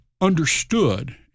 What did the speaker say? understood